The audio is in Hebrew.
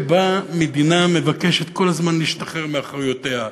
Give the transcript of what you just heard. שבה מדינה מבקשת כל הזמן להשתחרר מהאחריות שלה,